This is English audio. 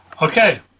Okay